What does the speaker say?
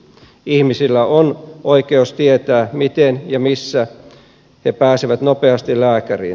ihmisillä on oikeus tietää miten ja missä he pääsevät nopeasti lääkäriin